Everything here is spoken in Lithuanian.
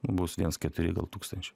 bus viens keturi gal tūkstančių